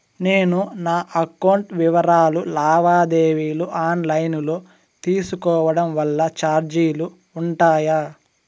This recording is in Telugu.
నేను నా అకౌంట్ వివరాలు లావాదేవీలు ఆన్ లైను లో తీసుకోవడం వల్ల చార్జీలు ఉంటాయా?